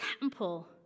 temple